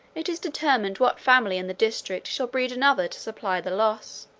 it is determined what family in the district shall breed another to supply the loss.